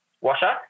washer